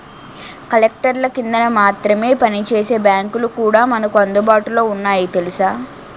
కలెక్టర్ల కిందన మాత్రమే పనిచేసే బాంకులు కూడా మనకు అందుబాటులో ఉన్నాయి తెలుసా